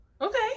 Okay